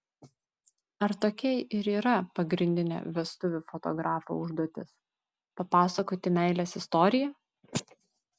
ar tokia ir yra pagrindinė vestuvių fotografo užduotis papasakoti meilės istoriją